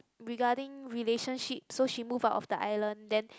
regarding relationship so she move out of the island then